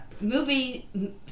movie